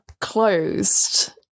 closed